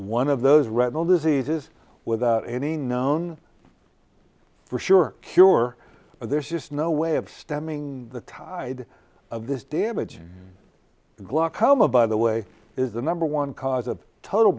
one of those retinal diseases without any known for sure cure but there's just no way of stemming the tide of this damaging glaucoma by the way is the number one cause of total